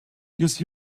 use